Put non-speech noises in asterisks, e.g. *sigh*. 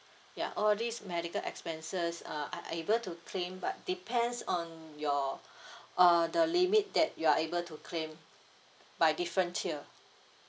ya all these medical expenses uh are able to claim but depends on your *breath* err the limit that you are able to claim by different tier